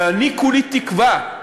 ואני כולי תקווה,